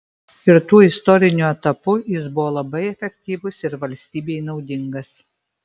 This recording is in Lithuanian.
ir tuo istoriniu etapu jis buvo labai efektyvus ir valstybei naudingas